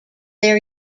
their